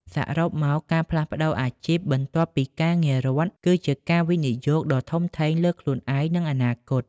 សរុបមកការផ្លាស់ប្តូរអាជីពបន្ទាប់ពីការងាររដ្ឋ គឺជាការវិនិយោគដ៏ធំធេងលើខ្លួនឯង និងអនាគត។